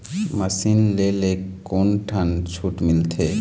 Machine ले ले कोन ठन छूट मिलथे?